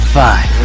five